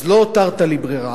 אז לא הותרת לי ברירה.